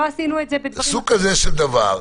סוג כזה של דבר,